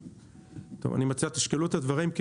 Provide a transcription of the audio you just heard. טוב, אני מציע שתשקלו את הדברים.